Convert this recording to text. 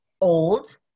old